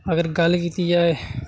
अगर गल्ल कीती जाए